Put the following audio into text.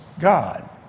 God